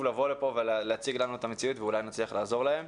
לבוא לפה ולהציג לנו את המציאות ואולי נצליח לעזור להם.